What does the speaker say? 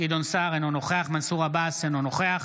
גדעון סער, אינו נוכח מנסור עבאס, אינו נוכח